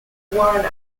warren